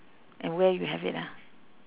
and where you have it lah